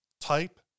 type